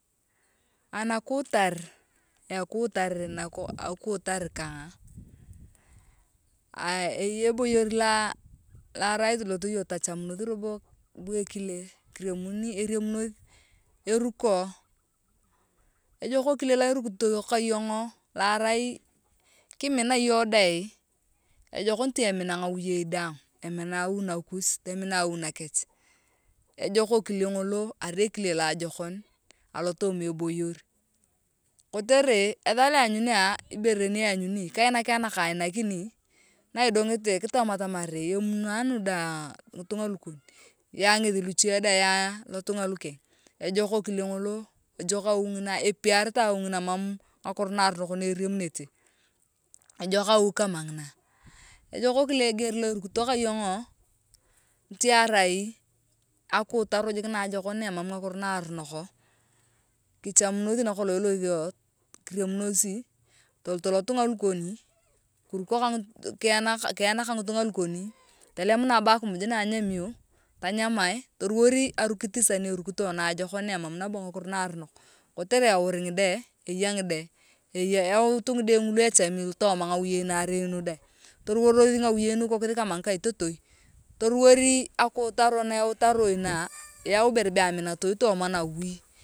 Anakuutar ekuutar akuutar kang’aaa eyei eboyor lo arai yong tachamunath robo ka ekile enamunota eruko ejok ekile loa erimunothi kayong loarai nakiminakinae iyong dang ejok nitemina nawiyei daang emina awi nakus tomina awi nakech ejok ekile ngolo arai ekile loajokon alotooma eboyor kotere etha lonyaunia ibere ni eanyauni kaainaki ayong nakainakini na idongete kitam atamar emu naaa nu dang ngitunga lukuth eya ngeth nache dae lotunga lukech ejok ekile ngolo epiritae awi ngina emam ngakiro naaronik na ereamunete ejok ekile niti irukito kayong niti arai akutaro jik najokon ne emam ngakiro na akutaro jik najokon ne emam ngakio na aronok kichamunothi nakolong ilothio kiriamunosi toluto lotunga lokon kinamunos keyana ka ngitunga lukoni tolemunae bo akimuj na enyamio tanyamae toruwor arukit sasa ne erukitoe nae mam nabo ngakiro naaronok kotere auri ngide eya ngide yautu ngide ngulu echami tooma ngawiyei naarei nudae toruworos ngawei ngakaitotoia mona.